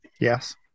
yes